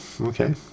okay